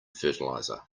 fertilizer